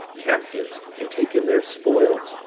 captives, and taken their spoils,